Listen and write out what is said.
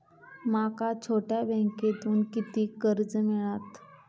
माका छोट्या बँकेतून किती कर्ज मिळात?